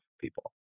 people